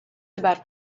about